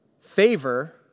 favor